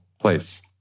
place